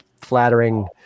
flattering